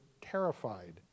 terrified